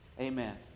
Amen